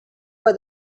for